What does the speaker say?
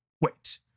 Wait